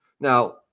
now